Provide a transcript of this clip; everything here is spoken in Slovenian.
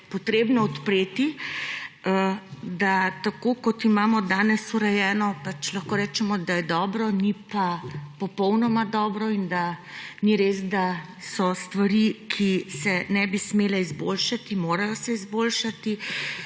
potrebno odpreti, da tako, kot imamo danes urejeno, pač lahko rečemo, da je dobro, ni pa popolnoma dobro in da ni res, da so stvari, ki se ne bi smele izboljšati. Morajo se izboljšati.